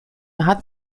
hat